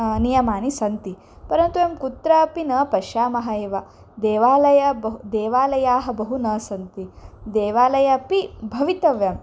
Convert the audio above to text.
नियमाः सन्ति परन्तु वयं कुत्रापि न पश्यामः एव देवालय बहु देवालयाः बहु न सन्ति देवालयपि भवितव्यम्